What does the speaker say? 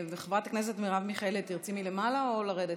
חברת הכנסת מרב מיכאלי, את תרצי מלמעלה או לרדת?